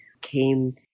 came